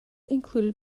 included